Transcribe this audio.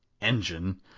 engine